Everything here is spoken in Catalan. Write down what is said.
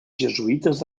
jesuïtes